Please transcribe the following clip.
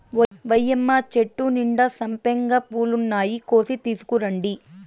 ఓయ్యమ్మ చెట్టు నిండా సంపెంగ పూలున్నాయి, కోసి తీసుకురండి